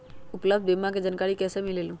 उपलब्ध बीमा के जानकारी कैसे मिलेलु?